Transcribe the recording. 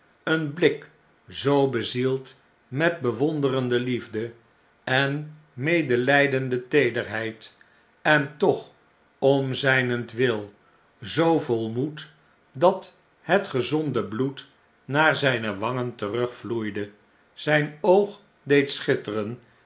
een blik zoo bezield met bewonderende liefde en medelijdende teederheid en toch om zijnentwil zoo vol moed dat het gezonde bloed naar zjjne wangen terugvloeide zijn oog deed schitteren